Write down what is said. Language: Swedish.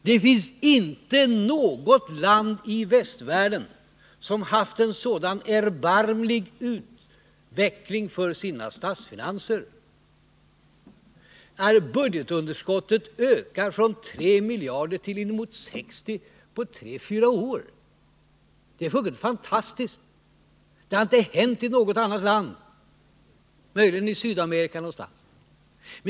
Det finns inte något annat land i västvärlden som har haft en så erbarmlig utveckling för sina statsfinanser, att budgetunderskottet ökat från 3 miljarder tillinemot 60 miljarder på tre fyra år. Det är fantastiskt. Det har som sagt inte hänt i något annat land — möjligen i Sydamerika någonstans.